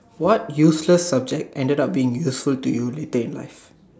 what useless subject ended up being useful to you later in life